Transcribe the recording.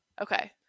Okay